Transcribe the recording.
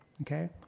okay